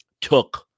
took